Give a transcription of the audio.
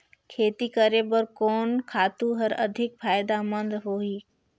खेती करे बर कोन खातु हर अधिक फायदामंद होही?